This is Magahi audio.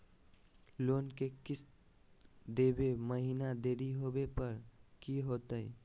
लोन के किस्त देवे महिना देरी होवे पर की होतही हे?